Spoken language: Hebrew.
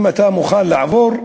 אם אתה מוכן לעבור,